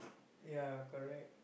yeah correct